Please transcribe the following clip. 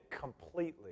completely